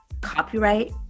copyright